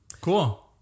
Cool